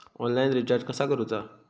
Online recharge कसा करूचा?